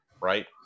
right